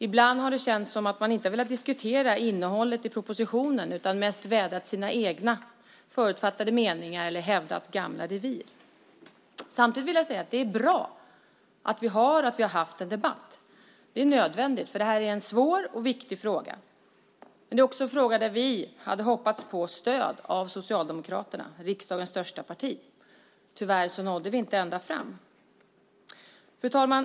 Ibland har det känts som att man inte har velat diskutera innehållet i propositionen utan mest vädrat sina egna förutfattade meningar eller hävdat gamla revir. Samtidigt vill jag säga att det är bra att vi har haft och har en debatt. Det är nödvändigt, för det här är en svår och viktig fråga. Men det är också en fråga där vi hade hoppats på stöd av Socialdemokraterna, riksdagens största parti. Tyvärr nådde vi inte ända fram. Fru talman!